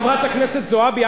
חברת הכנסת זועבי,